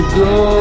go